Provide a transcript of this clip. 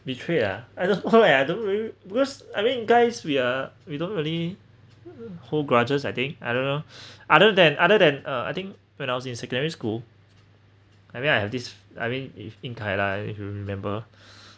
betray ah I just oh I don't really beacuse I mean guys we're we don't really hold grudges I think I don't know other than other than uh I think when I was in secondary school I mean I have this I mean if in thailand if you remember